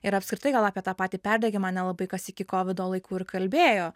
ir apskritai gal apie tą patį perdegimą nelabai kas iki kovido laikų ir kalbėjo